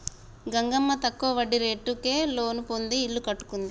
మంగమ్మ తక్కువ వడ్డీ రేటుకే లోను పొంది ఇల్లు కట్టుకుంది